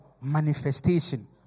manifestation